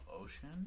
ocean